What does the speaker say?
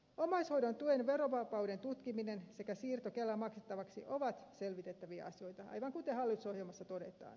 omaishoidon tuen verovapauden tutkiminen sekä siirto kelan maksettavaksi ovat selvitettäviä asioita aivan kuten hallitusohjelmassa todetaan